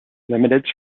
limited